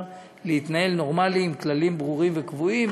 להתנהל נורמלי עם כללים ברורים וקבועים,